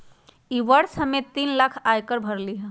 ई वर्ष हम्मे तीन लाख आय कर भरली हई